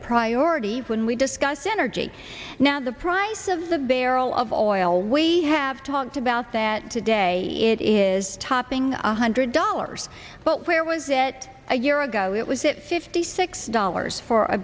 priority when we discuss energy now the price of the barrel of oil we have talked about that today it is topping one hundred dollars but where was it a year ago it was it fifty six